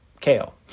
Kale